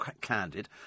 candid